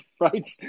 right